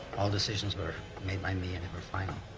all decisions were made by me, and they were final.